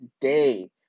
day